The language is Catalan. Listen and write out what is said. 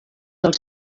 els